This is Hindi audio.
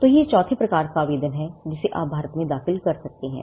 तो यह चौथे प्रकार का आवेदन है जिसे आप भारत में दाखिल कर सकते हैं